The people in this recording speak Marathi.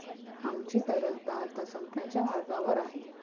आमची तरलता आता संपण्याच्या मार्गावर आहे